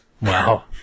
Wow